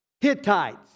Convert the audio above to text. Hittites